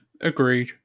agreed